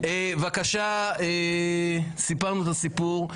בבקשה, סיפרנו את הסיפור.